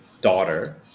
daughter